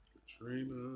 Katrina